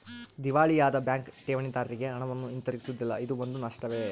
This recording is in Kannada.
ದಿವಾಳಿಯಾದ ಬ್ಯಾಂಕ್ ಠೇವಣಿದಾರ್ರಿಗೆ ಹಣವನ್ನು ಹಿಂತಿರುಗಿಸುವುದಿಲ್ಲ ಇದೂ ಒಂದು ನಷ್ಟವೇ